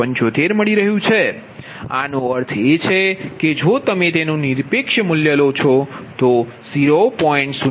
0075 મળી રહ્યું છે આનો અર્થ એ કે જો તમે તેનુ નીરપેક્ષ મૂલ્ય લો છો તો 0